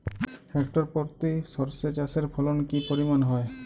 Hectare প্রতি সর্ষে চাষের ফলন কি পরিমাণ হয়?